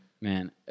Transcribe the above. Man